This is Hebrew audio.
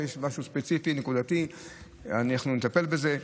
כשיש משהו, אנחנו נטפל בזה.